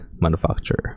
manufacturer